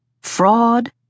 Fraud